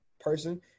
person